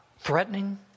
threatening